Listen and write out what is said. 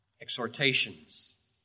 exhortations